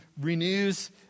renews